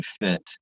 fit